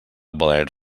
valer